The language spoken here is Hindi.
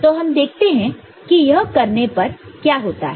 तो हम देखते हैं यह करने पर क्या होता है